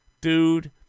Dude